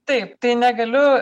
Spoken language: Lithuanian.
taip tai negaliu